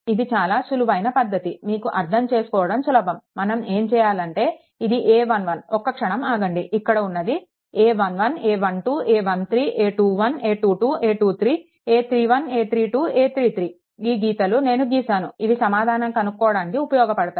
ఇది చాలా సులువైన పద్ధతి మీకు అర్థం చేసుకోవడం సులభం మనం ఏం చేయాలంటే ఇది a11 ఒక్క క్షణం ఆగండి ఇక్కడ ఉన్నది a11 a12 a13 a21 a22 a23 a31 a32 a33 ఈ గీతాలు నేనే గీశాను ఇవి సమాధానం కనుక్కోవడానికి ఉపయోగపడతాయి